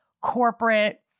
corporate